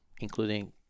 including